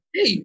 Hey